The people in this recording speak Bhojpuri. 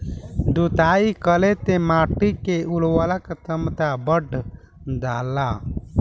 जुताई करे से माटी के उर्वरक क्षमता बढ़ जाला